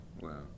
wow